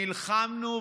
נלחמנו,